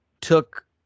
Took